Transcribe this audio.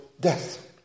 death